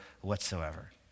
whatsoever